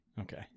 Okay